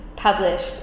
published